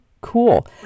cool